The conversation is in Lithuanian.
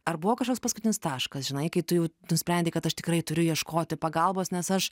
ar buvo kažkoks paskutinis taškas žinai kai tu jau nusprendei kad aš tikrai turiu ieškoti pagalbos nes aš